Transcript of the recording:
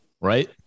Right